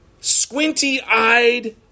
squinty-eyed